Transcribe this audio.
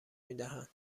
میدهد